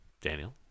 Daniel